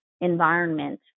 environment